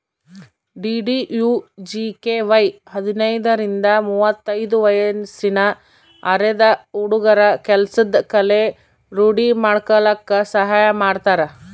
DDUGKY ಹದಿನೈದರಿಂದ ಮುವತ್ತೈದು ವಯ್ಸಿನ ಅರೆದ ಹುಡ್ಗುರ ಕೆಲ್ಸದ್ ಕಲೆ ರೂಡಿ ಮಾಡ್ಕಲಕ್ ಸಹಾಯ ಮಾಡ್ತಾರ